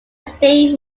stayed